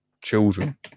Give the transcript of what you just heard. children